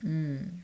mm